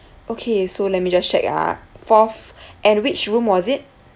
okay so let me just check ah fourth and which room was it